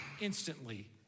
instantly